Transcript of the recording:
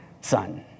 son